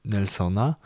Nelsona